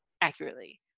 accurately